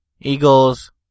eagles